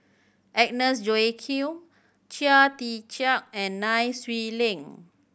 Agnes Joaquim Chia Tee Chiak and Nai Swee Leng